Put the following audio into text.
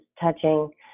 touching